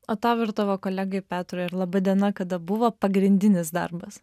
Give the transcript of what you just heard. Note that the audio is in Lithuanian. o tau ir tavo kolegai petrui ar laba diena kada buvo pagrindinis darbas